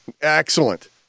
excellent